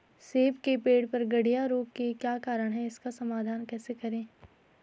सेब के पेड़ पर गढ़िया रोग के क्या कारण हैं इसका समाधान कैसे करें?